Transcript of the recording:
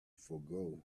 forego